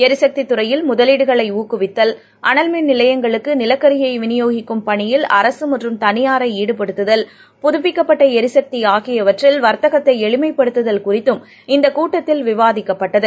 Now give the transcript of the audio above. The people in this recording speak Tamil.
எரிசக்திதுறையில் முதலீடுகளைஊக்குவித்தல் அனல்மின் நிலையங்களுக்குநிலக்கரியைவிநியோகிக்கும் பணியில் அரசுமற்றும் தனியாரைஈடுத்துதல் புதுப்பிக்கப்பட்டளிசக்திஆகியவற்றில் வா்தகத்தைஎளிமைப்படுத்துதல் குறித்தும் இந்தகூட்டத்தில் விவாதிக்கப்பட்டது